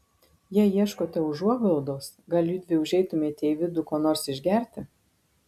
jei ieškote užuoglaudos gal judvi užeitumėte į vidų ko nors išgerti